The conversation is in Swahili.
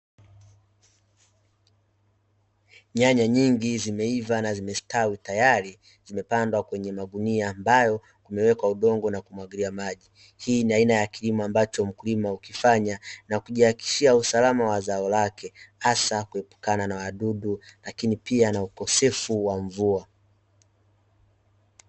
Nyanya nyingi zimeiva na zimestawi tayari, zimepandwa kwenye magunia ambayo kumewekwa udongo na kumwagilia maji. Hii ni aina ya kilimo ambacho mkulima hukifanya na kujihakikishia usalama wa zao lake, hasa kuepukana na wadudu lakini pia na ukosefu wa mvua.